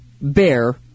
bear